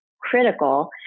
critical